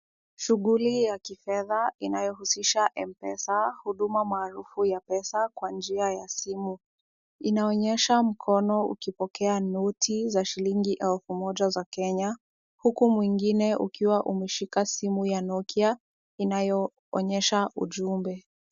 Shughuli ya kifedha inayohusisha M-pesa, huduma maarufu ya pesa kwa njia ya simu. Inaonyesha mkono ukipokea noti za shilingi elfu moja za Kenya, huku mwingine ukiwa umeshika simu ya Nokia, inayoonyesha ujumbe.